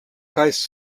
reste